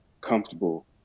comfortable